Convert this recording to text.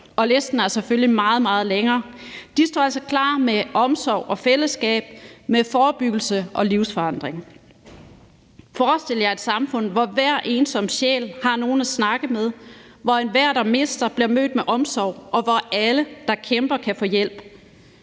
Listen er selvfølgelig meget, meget længere. De står altså klar med omsorg og fællesskab med forebyggelse og livsforandring. Forestil jer et samfund, hvor hver ensom sjæl har nogen at snakke med, hvor enhver, der mister, bliver mødt med omsorg, og hvor alle, der kæmper, kan få hjælp.